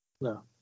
No